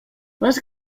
les